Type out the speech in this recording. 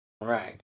right